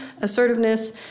assertiveness